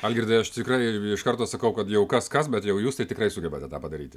algirdai aš tikrai iš karto sakau kad jau kas kas bet jau jūs tai tikrai sugebate tą padaryti